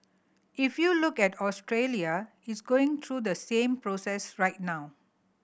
if you look at Australia it's going through the same process right now